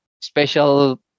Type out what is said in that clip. special